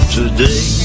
today